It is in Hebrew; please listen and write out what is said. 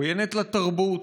עוינת לתרבות,